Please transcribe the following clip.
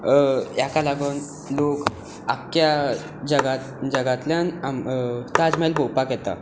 हाका लागून लोक आख्ख्या जगांतल्यान ताज महेल पळोवपाक येता